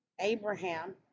Abraham